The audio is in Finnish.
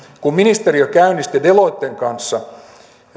kun ministeriö käynnisti deloitten kanssa